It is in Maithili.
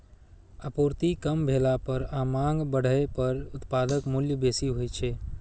आपूर्ति कम भेला पर आ मांग बढ़ै पर उत्पादक मूल्य बेसी होइ छै